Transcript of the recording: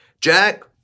Jack